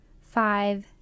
Five